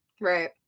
Right